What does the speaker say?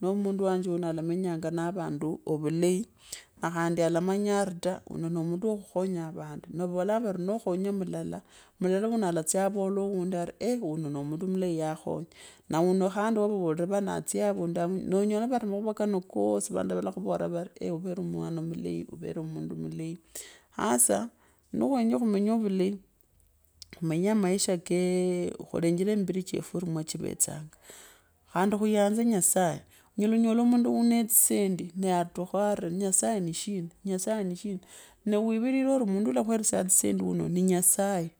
Noo munda wanje uno alamenyanga na vandu ovuleyi na khandi alamanya ari ta wuuno no mundu wokhulhenya vandu, nee vavokavari nokhenya mulala, wavuno atasya avoore wuundi arieeh. wuno no mundu mulei yakhonya, na wuunokhandi wa vavoleeve wuuno na tsya avundu aa, naunyola makhukikanon kosi vandu valakhuvoora vori overe murulu mulei uvere mwima mudei, hasa niwenya khumenye ovulei, khumenye maisha kee khulenjere mmbiri chefu ori mwachiveysanga khandi khuyuane nyasaye, onyela khunyola mundu unaetsisendi naa tukhao ari nyasaye nishina, nyasaye nishina, nee wivikire ari mundu ulakwevesyanga tsisendi wavuno ni nyasaye,